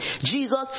Jesus